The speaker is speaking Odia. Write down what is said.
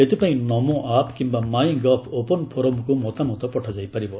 ଏଥିପାଇଁ ନମୋ ଆପ୍ କିମ୍ବା ମାଇଁ ଗଭ୍ ଓପନ ଫୋରମ୍କୁ ମତାମତ ପଠାଯାଇପାରିବ